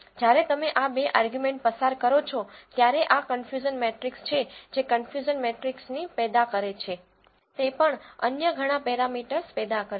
જ્યારે તમે આ બે આર્ગ્યુમેન્ટ પસાર કરો છો ત્યારે આ કન્ફયુઝન મેટ્રીક્સ છે જે કન્ફયુઝન મેટ્રીક્સની પેદા કરે છે છે તે અન્ય ઘણા પેરામીટર્સ પેદા કરશે